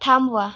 थांबवा